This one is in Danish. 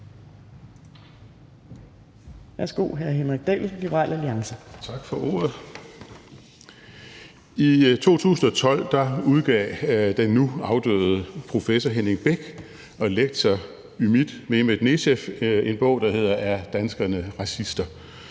I 2012 udgav den nu afdøde professor Henning Beck og lektor Mehmet Ümit Necef en bog, der hedder »Er danskerne racister?«,